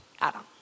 Adam